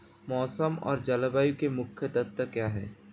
मौसम और जलवायु के मुख्य तत्व क्या हैं?